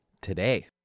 today